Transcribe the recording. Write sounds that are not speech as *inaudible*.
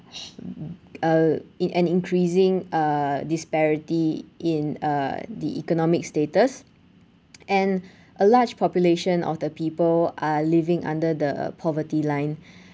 *noise* err in an increasing uh disparity in uh the economic status and a large population of the people are living under the poverty line